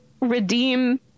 redeem